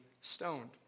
stoned